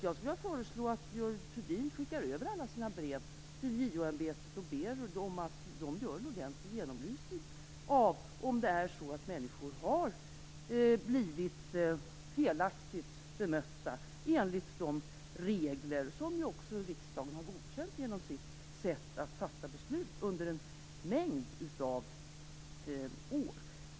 Jag skulle vilja föreslå att Görel Thurdin skickar över alla sina brev till JO-ämbetet och ber att få en ordentlig genomlysning av detta, om det är på det sättet att människor har blivit felaktigt bemötta enligt de regler som också riksdagen har godkänt genom sitt sätt att fatta beslut under många år.